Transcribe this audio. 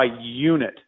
unit